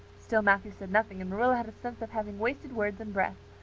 still matthew said nothing and marilla had a sense of having wasted words and breath.